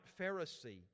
Pharisee